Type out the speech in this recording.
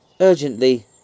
urgently